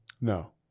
No